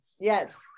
Yes